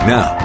Now